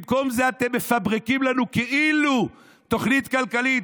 במקום זה אתם מפברקים לנו כאילו תוכנית כלכלית.